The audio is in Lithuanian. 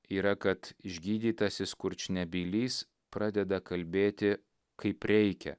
yra kad išgydytasis kurčnebylys pradeda kalbėti kaip reikia